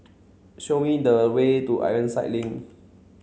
show me the way to Ironside Link